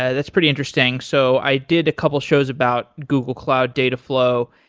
yeah that's pretty interesting, so i did a couple shows about google cloud data flow,